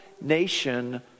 nation